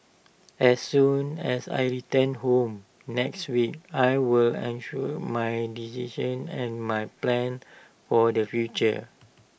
as soon as I return home next week I will assure my decision and my plans for the future